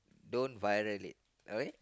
don't violate okay